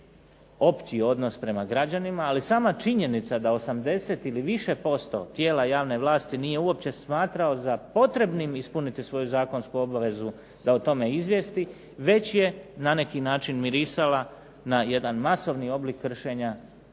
opći odnos prema građanima, ali sama činjenica da 80 ili više posto tijela javne vlasti nije uopće smatralo za potrebnim ispuniti svoju zakonsku obavezu da o tome izvijesti već je na neki način mirisala na jedan masovni oblik kršenja